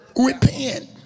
repent